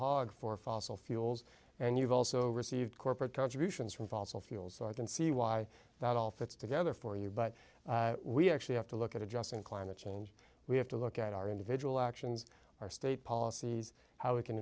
hog for fossil fuels and you've also received corporate contributions from fossil fuels so i can see why that all fits together for you but we actually have to look at addressing climate change we have to look at our individual actions our state policies how we can